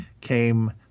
came